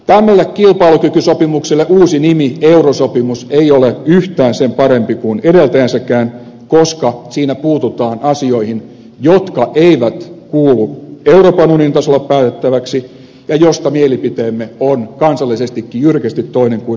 tälle kilpailukykysopimukselle uusi nimi eurosopimus ei ole yhtään sen parempi kuin edeltäjänsäkään koska siinä puututaan asioihin jotka eivät kuulu euroopan unionin tasolla päätettäviksi ja joista mielipiteemme on kansallisestikin jyrkästi toinen kuin hallituksen